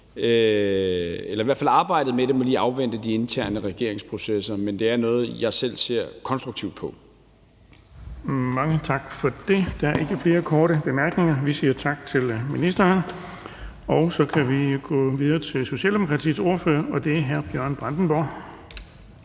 tror jeg, arbejdet med det lige må afvente de interne regeringsprocesser. Men det er noget, jeg selv ser konstruktivt på. Kl. 15:27 Den fg. formand (Erling Bonnesen): Mange tak for det. Der er ikke flere korte bemærkninger. Vi siger tak til ministeren, og så kan vi gå videre til Socialdemokratiets ordfører, og det er hr. Bjørn Brandenborg.